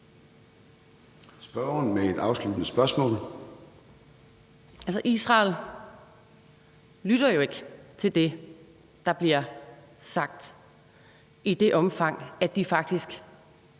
Spørgeren med et afsluttende spørgsmål.